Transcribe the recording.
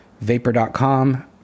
Vapor.com